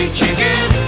Chicken